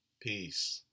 Peace